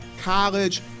college